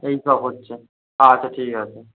এই সব হচ্ছে আচ্ছা ঠিক আছে